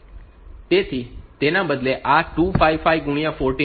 તેથી તેના બદલે આ 255 ગુણ્યાં 14 છે